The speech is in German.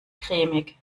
cremig